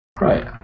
Right